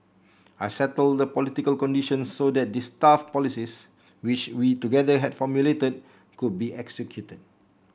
I settled the political conditions so that his tough policies which we together had formulate could be executed